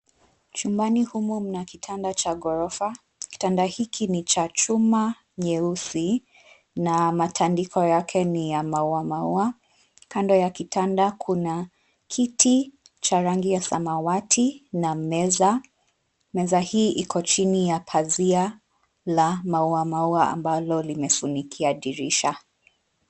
Chumbani humu mna kitanda cha ghorofa .Kitanda hiki ni cha chuma nyeusi na matandiko yake ni ya maua maua. Kando ya kitanda kuna kiti cha rangi ya samawati na meza. Meza hii iko chini ya pazia la maua maua ambalo limefunikia dirisha.